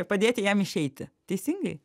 padėti jam išeiti teisingai